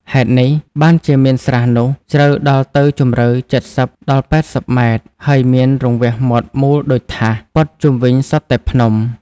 ហេតុនេះ បានជាមានស្រះនោះ ជ្រៅដល់ទៅជម្រៅ ៧០-៨០ ម៉ែត្រ ហើយមានរង្វះមាត់មូលដូចថាស ព័ទ្ធជុំវិញសុទ្ធតែភ្នំ។